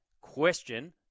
question